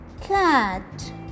cat